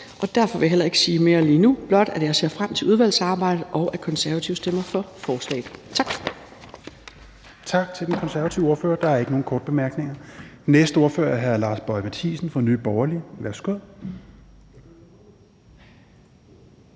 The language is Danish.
og derfor vil jeg heller ikke sige mere lige nu – blot at jeg ser frem til udvalgsarbejdet, og at Konservative stemmer for forslaget. Tak. Kl. 17:05 Fjerde næstformand (Rasmus Helveg Petersen): Tak til den konservative ordfører. Der er ikke nogen korte bemærkninger. Den næste ordfører er hr. Lars Boje Mathiesen fra Nye Borgerlige. Værsgo.